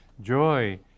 joy